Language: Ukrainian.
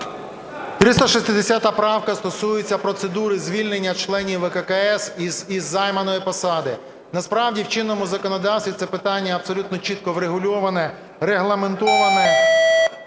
360 правка стосується процедури звільнення членів ВККС із займаної посади. Насправді в чинному законодавстві це питання абсолютно чітко врегульовано, регламентовано